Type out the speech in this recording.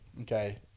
Okay